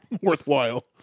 worthwhile